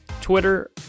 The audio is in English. Twitter